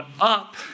up